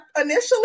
initially